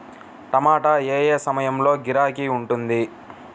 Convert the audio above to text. టమాటా ఏ ఏ సమయంలో గిరాకీ ఉంటుంది?